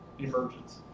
emergence